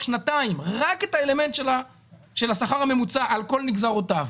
שנתיים רק את האלמנט של השכר הממוצע על כל נגזרותיו,